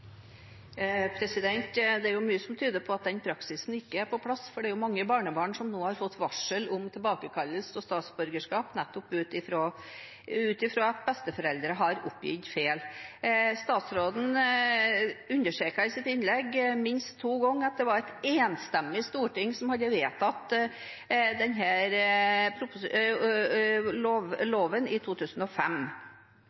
Det er mye som tyder på at den praksisen ikke er på plass, for det er mange barnebarn som nå har fått varsel om tilbakekalling av statsborgerskap nettopp fordi besteforeldre har oppgitt feil opplysninger. Statsråden understreket i sitt innlegg minst to ganger at det var et enstemmig storting som hadde vedtatt